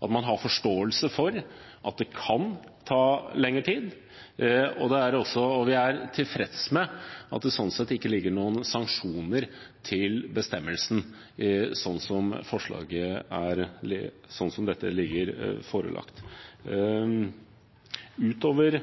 at man har forståelse for at det kan ta lengre tid. Sånn sett er vi tilfreds med at det ikke ligger noen sanksjoner til bestemmelsen – sånn som dette forslaget er lagt fram. Utover